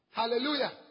Hallelujah